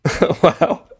Wow